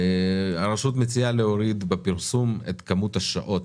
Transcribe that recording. הרשות מציעה להוריד בפרסום את כמות השעות